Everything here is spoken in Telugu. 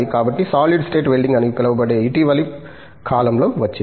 కాబట్టి సాలిడ్ స్టేట్ వెల్డింగ్ అని పిలువబడేది ఇటీవలి కాలంలో వచ్చింది